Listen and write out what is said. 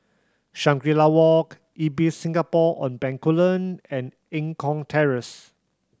Shangri La Walk Ibis Singapore On Bencoolen and Eng Kong Terrace